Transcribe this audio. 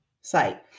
site